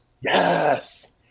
Yes